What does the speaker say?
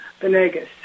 Benegas